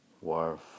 warp